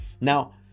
Now